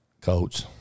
coach